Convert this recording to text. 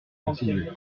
continuer